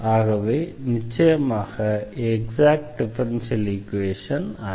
ஆகவே நிச்சயமாக exact differential equation அல்ல